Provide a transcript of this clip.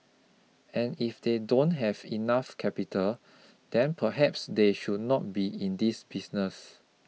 and if they don't have enough capital then perhaps they should not be in this business